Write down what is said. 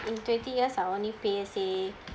in twenty years I'll only pay say